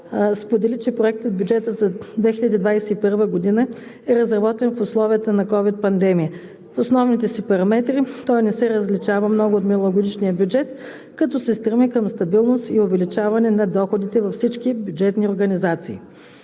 сподели, че проектобюджетът за 2021 г. е разработен в условията на ковид пандемия. В основните си параметри той не се различава много от миналогодишния бюджет, като се стреми към стабилност и увеличаване на доходите във всички бюджетни организации.